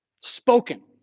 spoken